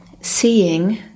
seeing